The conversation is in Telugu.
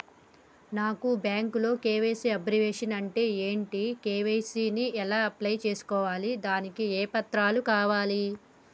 నాకు బ్యాంకులో కే.వై.సీ అబ్రివేషన్ అంటే ఏంటి కే.వై.సీ ని ఎలా అప్లై చేసుకోవాలి దానికి ఏ పత్రాలు కావాలి?